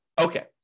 Okay